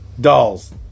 Dolls